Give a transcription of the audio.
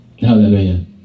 Hallelujah